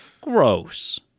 Gross